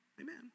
Amen